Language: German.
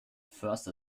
förster